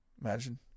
Imagine